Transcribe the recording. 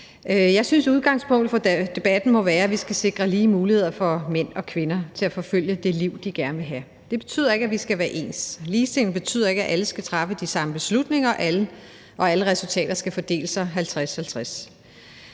Jeg synes, at udgangspunktet for debatten må være, at vi skal sikre lige muligheder for mænd og kvinder til at forfølge det liv, de gerne vil have. Det betyder ikke, at vi skal være ens. Ligestilling betyder ikke, at alle skal træffe de samme beslutninger, og at alle resultater skal fordele sig 50-50.